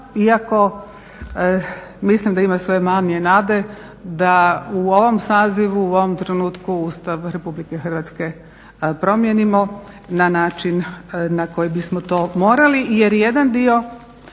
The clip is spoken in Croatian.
iako mislim da ima sve manje nade da u ovom sazivu u ovom trenutku Ustav RH promijenimo na način na koji bismo to morali jer jedan dio